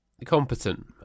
Competent